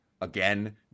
again